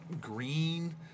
Green